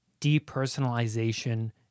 depersonalization